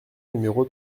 numéro